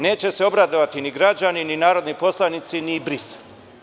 Neće se obradovati ni građani, ni narodni poslanici, ni Brisel.